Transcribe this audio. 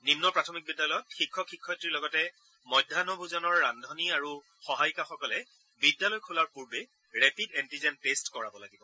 নিম্ন প্ৰাথমিক বিদ্যালয়ত শিক্ষক শিক্ষয়িত্ৰীৰ লগতে মধ্যাহ্ণ ভোজৰ ৰান্ধনী আৰু সহায়িকাসকলে বিদ্যালয় খোলাৰ পূৰ্বে ৰেপিড এণ্টিজেন টেষ্ট কৰিব লাগিব